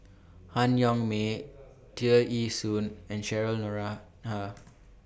Han Yong May Tear Ee Soon and Cheryl Noronha